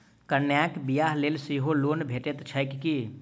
कन्याक बियाह लेल सेहो लोन भेटैत छैक की?